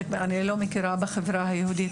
אני לא מכירה בחברה היהודית